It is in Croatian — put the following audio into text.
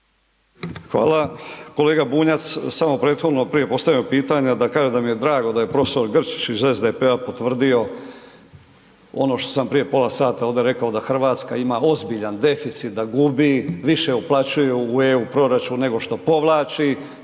Hvala. Kolega Bunjac samo prethodno prije postavljenog pitanja da kažem da mi je drago da je profesor Grčić iz SDP-a potvrdio ono što sam prije pola sata ovdje rekao da Hrvatska ima ozbiljan deficit da gubi, više uplaćuje u EU proračun nego što povlači,